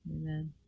Amen